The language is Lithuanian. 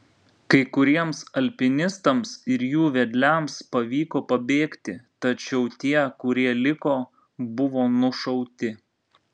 kai kuriems alpinistams ir jų vedliams pavyko pabėgti tačiau tie kurie liko buvo nušauti